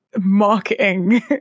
marketing